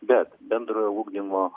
bet bendrojo ugdymo